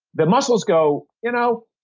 the muscles go you know?